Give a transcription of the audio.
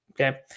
Okay